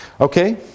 Okay